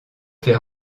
fait